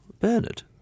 Bernard